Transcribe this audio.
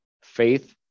faith